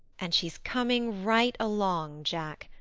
and she's coming right along, jack.